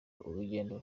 urugendo